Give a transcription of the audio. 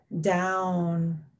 down